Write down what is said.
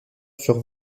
sur